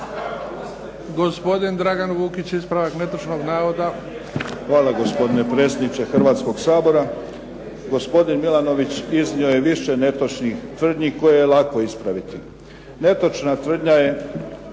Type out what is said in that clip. gospodine predsjedniče Hrvatskoga sabora.